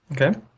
Okay